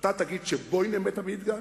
אתה תגיד "שייבוינה בית-המקדש",